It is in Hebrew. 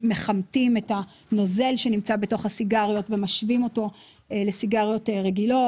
מכמתים את הנוזל שנמצא בתוך הסיגריות ומשווים אותו לסיגריות רגילות.